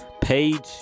page